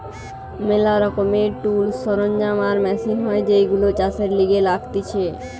ম্যালা রকমের টুলস, সরঞ্জাম আর মেশিন হয় যেইগুলো চাষের লিগে লাগতিছে